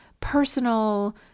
personal